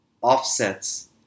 offsets